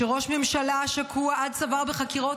שראש ממשלה ששקוע עד צוואר בחקירות,